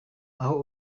aho